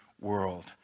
world